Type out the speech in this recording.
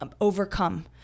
overcome